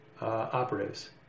operatives